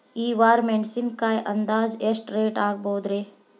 ಈ ವಾರ ಮೆಣಸಿನಕಾಯಿ ಅಂದಾಜ್ ಎಷ್ಟ ರೇಟ್ ಆಗಬಹುದ್ರೇ?